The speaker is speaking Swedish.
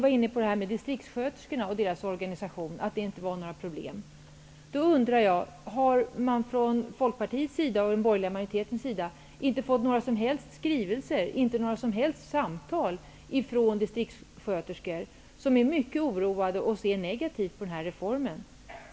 Ulla Orring talade om distrikssköterskorna och deras organisation och sade att det inte var några problem. Jag undrar om man från Folkpartiets och den borgerliga majoritetens sida inte har fått några som helst skrivelser eller samtal ifrån distrikssköterskor som är mycket oroade och ser negativt på den här reformen.